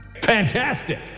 Fantastic